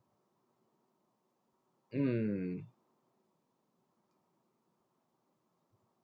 mm